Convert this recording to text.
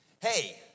Hey